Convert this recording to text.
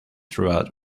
throughout